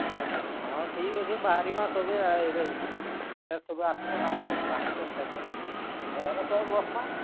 ପାଖେ ପାଖେ ହଁ ଠିକ୍ ଅଛେ ବାହାରିମା ସଭେଁ ଆର୍ ସଭେଁ ଆସୁଛନ୍ ଆମର୍ ବାହାରିବା ଷ୍ଟେସନ୍ ନୁ ବସ୍ମା